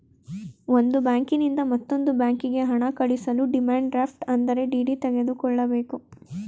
ಒಂದು ಬ್ಯಾಂಕಿನಿಂದ ಮತ್ತೊಂದು ಬ್ಯಾಂಕಿಗೆ ಹಣ ಕಳಿಸಲು ಡಿಮ್ಯಾಂಡ್ ಡ್ರಾಫ್ಟ್ ಅಂದರೆ ಡಿ.ಡಿ ತೆಗೆದುಕೊಳ್ಳಬೇಕು